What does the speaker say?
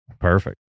Perfect